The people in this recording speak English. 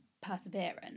perseverance